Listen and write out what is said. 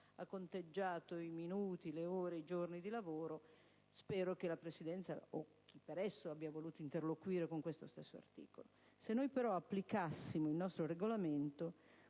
conteggiando i minuti, le ore e i giorni di lavoro. Spero che la Presidenza, o chi per essa, abbia voluto interloquire con questo stesso articolo. Se però applicassimo il nostro Regolamento,